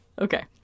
Okay